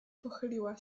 pochyliła